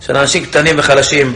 של אנשים קטנים וחלשים.